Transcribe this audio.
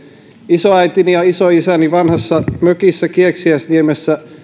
isoäitini ja isoisäni vanhassa mökissä kieksiäisniemessä